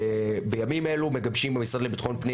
בימים אלו מגבשים במשרד לביטחון פנים,